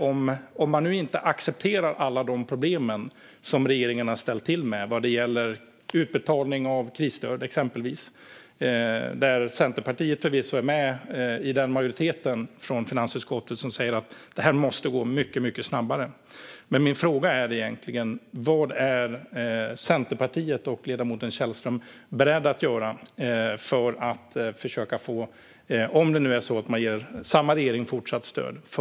Om man nu inte accepterar alla de problem som regeringen har ställt till med vad gäller exempelvis utbetalning av krisstöd - Centerpartiet är förvisso med i den majoritet i finansutskottet som säger att det här måste gå mycket snabbare - vad är Centerpartiet och ledamoten Källström beredda att göra för att få regeringen att göra bättre ifrån sig, om det nu är så att man ger samma regering fortsatt stöd?